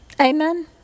Amen